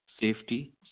safety